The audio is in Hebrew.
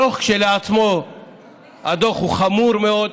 הדוח כשלעצמו הוא חמור מאוד,